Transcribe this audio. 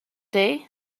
day